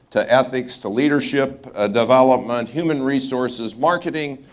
to ethics, to leadership ah development, human resources, marketing.